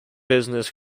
business